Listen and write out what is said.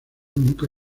nunca